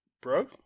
Bro